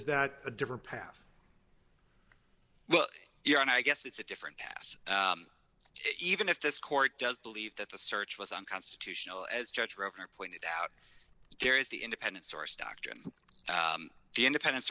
is that a different path well you know and i guess it's a different cast even if this court does believe that the search was unconstitutional as judge over pointed out there is the independent source doctrine the independen